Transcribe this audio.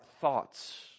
thoughts